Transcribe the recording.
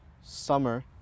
summer